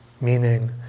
meaning